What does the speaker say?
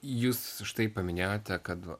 jūs štai paminėjote kad